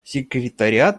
секретариат